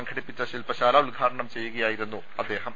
സംഘടിപ്പിച്ച ശിൽപ്പശാല ഉദ്ഘാടനം ചെയ്യുകയായിരുന്നു അദ്ദേഹം